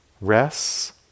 rests